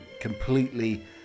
completely